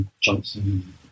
Johnson